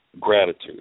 gratitude